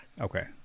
Okay